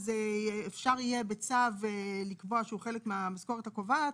אז אפשר יהיה בצו לקבוע שהוא חלק מהמשכורת הקובעת.